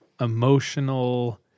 emotional